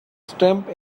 stamp